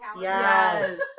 Yes